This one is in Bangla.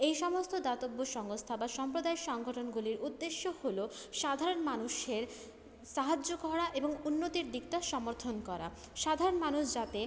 এই সমস্ত দাতব্য সংস্থা বা সম্প্রদায়ের সাংগঠনগুলির উদ্দেশ্য হলো সাধারণ মানুষের সাহায্য করা এবং উন্নতির দিকটা সমর্থন করা সাধারণ মানুষ যাতে